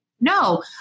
no